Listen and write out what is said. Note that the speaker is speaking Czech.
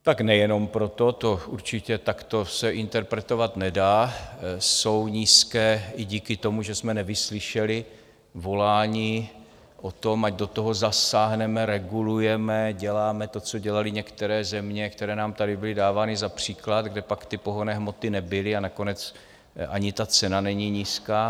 Tak nejenom proto, to se určitě takto interpretovat nedá, jsou nízké i díky tomu, že jsme nevyslyšeli volání po tom, ať do toho zasáhneme, regulujeme, děláme to, co dělaly některé země, které nám tady byly dávány za příklad, kde pak ty pohonné hmoty nebyly, a nakonec ani ta cena není nízká.